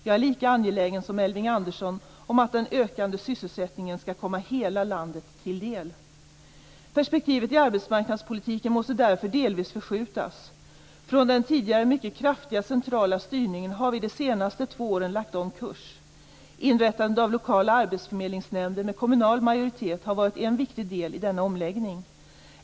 Jag är lika angelägen som Elving Andersson om att den ökade sysselsättningen skall komma hela landet till del. Perspektivet i arbetsmarknadspolitiken måste därför delvis förskjutas. Från den tidigare mycket kraftiga centrala styrningen har vi de senaste två åren lagt om kurs. Inrättandet av lokala arbetsförmedlingsnämnder med kommunal majoritet har varit en viktig del i denna omläggning.